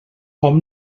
hom